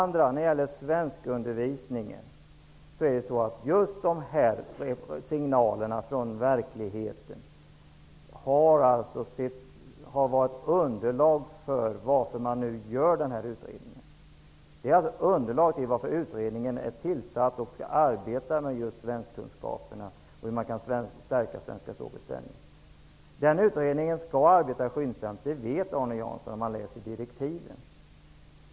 När det gäller svenskundervisningen har just signalerna från verkligheten föranlett denna utredning. Det är därför som utredningen om svenskkunskaperna och hur man kan stärka svenska språket är tillsatt. Denna utredning skall arbeta skyndsamt. Det får Arne Jansson veta, om han läser direktiven.